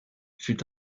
fut